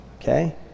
Okay